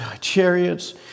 chariots